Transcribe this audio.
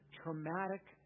traumatic